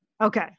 Okay